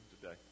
today